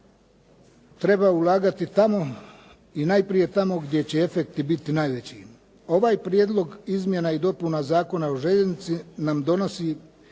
treba ulagati tamo i najprije tamo gdje će efekti biti najveći. Ovaj Prijedlog izmjena i dopuna Zakona o željeznici nam donosi